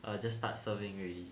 err just start serving already